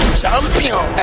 champion